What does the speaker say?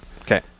Okay